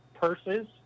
purses